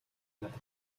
над